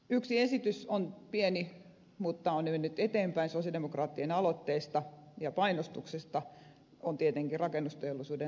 yksi esitys on pieni mutta on jo mennyt eteenpäin sosialidemokraattien aloitteesta ja painostuksesta ja se on tietenkin rakennusteollisuuden käännetty arvonlisävero